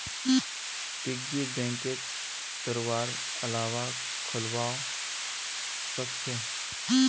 piggy बैंकक तोडवार अलावा खोलवाओ सख छ